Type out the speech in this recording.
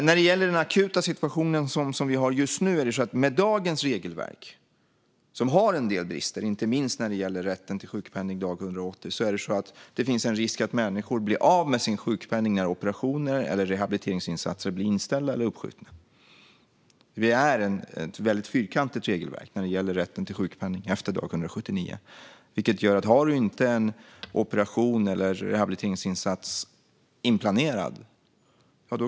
När det gäller den akuta situation som vi har just nu är det så att dagens regelverk, som har en del brister, inte minst när det gäller rätten till sjukpenning dag 180, innebär att det finns en risk att människor blir av med sin sjukpenning när operationer eller rehabiliteringsinsatser blir inställda eller uppskjutna. Vi har ett fyrkantigt regelverk när det gäller rätten till sjukpenning efter dag 179, vilket gör att man kan bli av med den om man inte har en operation eller en rehabiliteringsinsats inplanerad.